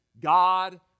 God